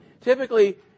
Typically